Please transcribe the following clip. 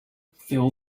fill